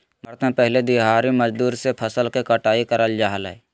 भारत में पहले दिहाड़ी मजदूर से फसल के कटाई कराल जा हलय